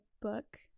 book